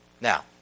Now